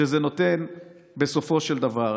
שזה נותן בסופו של דבר.